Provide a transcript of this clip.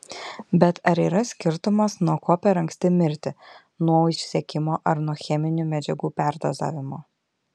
bet ar yra skirtumas nuo ko per anksti mirti nuo išsekimo ar nuo cheminių medžiagų perdozavimo